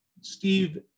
Steve